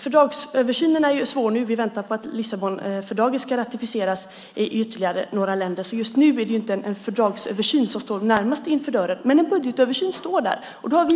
Fördragsöversynen är svår just nu, eftersom vi väntar på att Lissabonfördraget ska ratificeras i ytterligare några länder. Just nu är det alltså inte en fördragsöversyn som står närmast för dörren. Men en budgetöversyn står för dörren, och då har